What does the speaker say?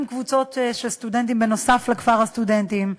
עם קבוצות של סטודנטים בנוסף לכפר הסטודנטים.